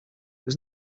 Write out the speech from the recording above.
was